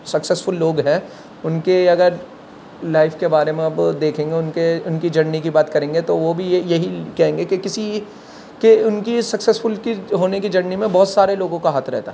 successful لوگ ہیں ان کے اگر لائف کے بارے اب دیکھیں گے ان کے ان کی جرنی کی بات کریں گے تو وہ بھی یہ یہی کہیں گے کہ کسی کے ان کی سکسیزفل کی ہونے کی جرنی میں بہت سارے لوگوں کا ہاتھ رہتا ہے